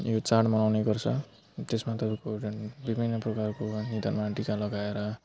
यो चाड मनाउने पर्छ त्यसमा तपाईँको विभिन्न प्रकारको निधारमा टिका लगाएर